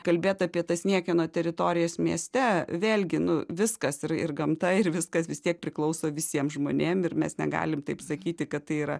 kalbėt apie tas niekieno teritorijas mieste vėlgi nu viskas ir ir gamta ir viskas vis tiek priklauso visiems žmonėm ir mes negalim taip sakyti kad tai yra